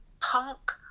punk